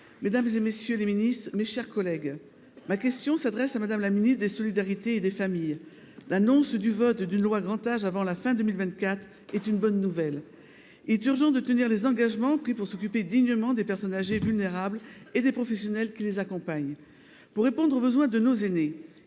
Guidez, pour le groupe Union Centriste. Ma question s’adresse à Mme la ministre des solidarités et des familles. L’annonce de l’adoption d’une loi Grand Âge avant la fin 2024 est une bonne nouvelle. Il est urgent de tenir les engagements pris pour s’occuper dignement des personnes âgées vulnérables et des professionnels qui les accompagnent. Pour répondre aux besoins de nos aînés,